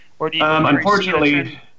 Unfortunately